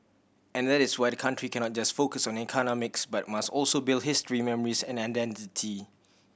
and that is why the country cannot just focus on economics but must also build history memories and identity